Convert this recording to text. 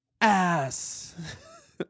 ass